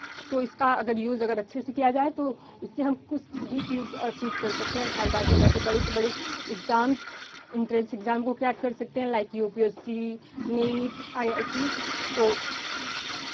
सो इसका अगर यूज़ अगर अच्छे से किया जाए तो इससे हम कुछ भी चीज़ अचीव कर सकते हैं घर बैठे बैठे बड़ी से बड़ी इक्ज़ाम्स इन्टरेंस इक्ज़ाम को क्रैक कर सकते हैं like U P S C NEET I I T so